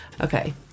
Okay